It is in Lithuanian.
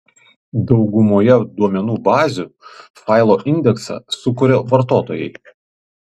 daugumoje duomenų bazių failo indeksą sukuria vartotojai